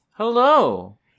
hello